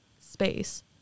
space